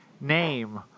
name